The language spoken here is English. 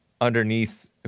underneath